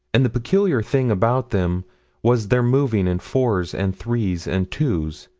and the peculiar thing about them was their moving in fours and threes and twos,